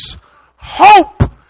Hope